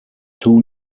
two